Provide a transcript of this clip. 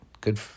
Good